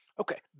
Okay